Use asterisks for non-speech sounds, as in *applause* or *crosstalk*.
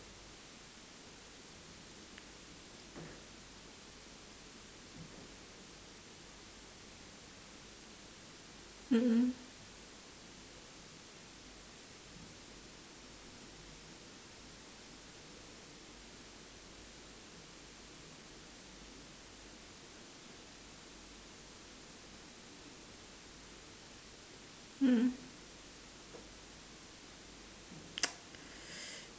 mm mm mm mm *noise*